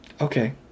Okay